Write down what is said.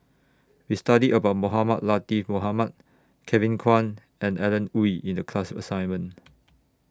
We studied about Mohamed Latiff Mohamed Kevin Kwan and Alan Oei in The class assignment